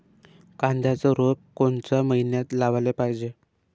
कांद्याचं रोप कोनच्या मइन्यात लावाले पायजे?